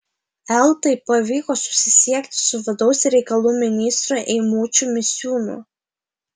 eltai pavyko susisiekti su vidaus reikalų ministru eimučiu misiūnu